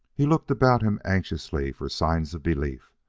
he looked about him anxiously for signs of belief,